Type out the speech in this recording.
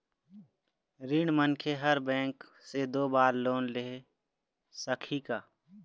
ऋणी मनखे हर बैंक से दो बार लोन ले सकही का?